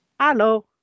Hello